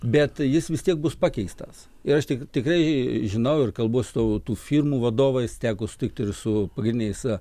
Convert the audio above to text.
bet jis vis tiek bus pakeistas ir aš tik tikrai žinau ir kalbuosi su tų firmų vadovais teko sutikti ir su pagrindiniais